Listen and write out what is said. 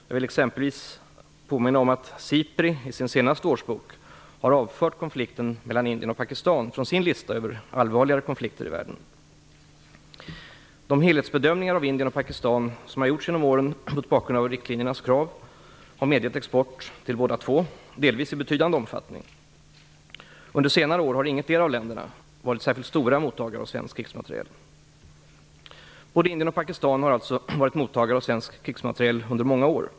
Jag vill exempelvis påminna om att SIPRI i sin senaste årsbok avfört konflikten mellan Indien och Pakistan från sin lista över allvarligare konflikter i världen. De helhetsbedömningar av Indien och Pakistan som har gjorts genom åren mot bakgrund av riktlinjernas krav har medgett export till båda två, delvis i betydande omfattning. Under senare år har ingetdera av länderna varit särskilt stor mottagare av svensk krigsmateriel. Både Indien och Pakistan har alltså varit mottagare av svensk krigsmateriel under många år.